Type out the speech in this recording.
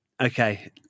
Okay